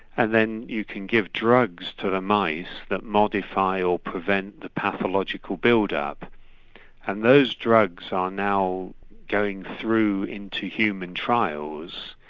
and then you can give drugs to the mice that modify or prevent the pathological build up and those drugs are now going through into human trials.